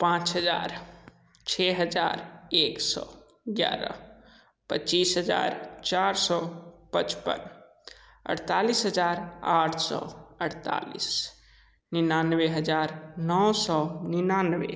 पाँच हजार छः हजार एक सौ ग्यारह पच्चीस हजार चार सौ पचपन अड़तालीस हजार आठ सौ अड़तालीस निन्नानवे हजार नौ सौ निन्नानवे